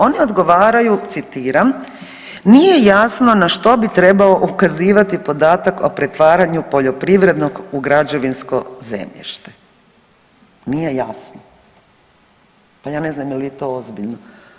Oni odgovaraju, citiram: „Nije jasno na što bi trebao ukazivati podatak o pretvaranju poljoprivrednog u građevinsko zemljište“, nije jasno, pa ja ne znam jel vi to ozbiljno.